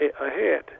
ahead